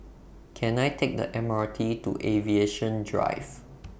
Can I Take The M R T to Aviation Drive